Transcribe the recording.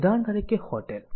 ઉદાહરણ તરીકે હોટેલ